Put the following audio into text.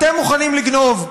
אתם מוכנים לגנוב.